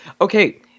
okay